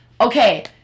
Okay